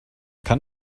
kann